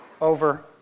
over